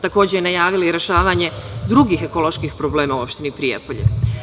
Takođe je najavila i rešavanje drugih ekoloških problema u opštini Prijepolje.